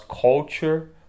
culture